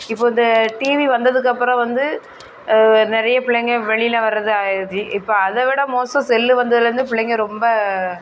இப்போ இந்த டிவி வந்ததுக்கு அப்புறம் வந்து நிறைய பிள்ளைங்கள் வெளியில் வர்றது அலர்ஜி இப்போ அதை விட மோசம் செல்லு வந்ததுலேருந்து பிள்ளைங்க ரொம்ப